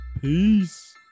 Peace